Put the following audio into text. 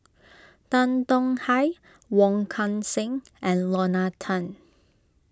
Tan Tong Hye Wong Kan Seng and Lorna Tan